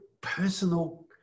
personal